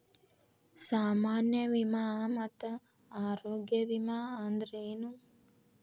ಸಾಮಾನ್ಯ ವಿಮಾ ಮತ್ತ ಆರೋಗ್ಯ ವಿಮಾ ಅಂದ್ರೇನು?